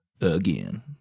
again